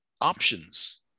options